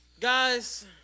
guys